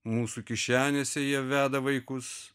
mūsų kišenėse jie veda vaikus